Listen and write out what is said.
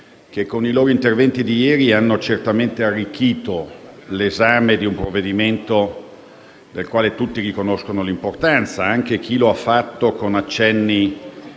che con i loro interventi di ieri hanno certamente arricchito l’esame di un provvedimento del quale tutti riconoscono l’importanza, anche chi lo ha fatto con accenni